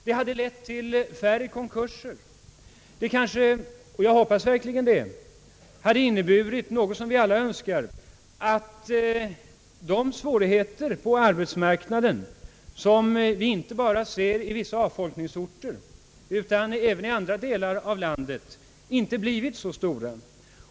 Det hade lett till färre konkurser och till, som jag verkligen hoppas och någonting som vi alla önskar, nämligen att svårigheterna på arbetsmarknaden inte bara inom vissa avfolkningsorter utan även i andra delar av landet skulle ha minskat.